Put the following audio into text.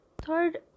third